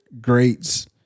greats